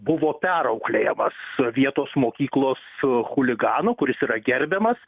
buvo perauklėjamas vietos mokyklos chuligano kuris yra gerbiamas